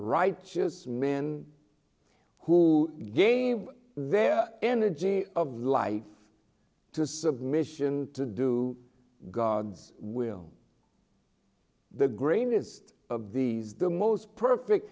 right just men who gave their energy of life to submission to do god's will the greyness of these the most perfect